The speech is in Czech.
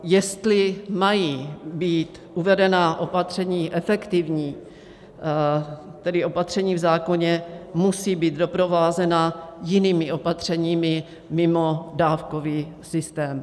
Jestli mají být uvedená opatření efektivní, tedy opatření v zákoně musí být doprovázena jinými opatřeními mimo dávkový systém.